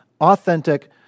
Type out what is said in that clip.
authentic